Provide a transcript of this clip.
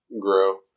Grow